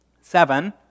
Seven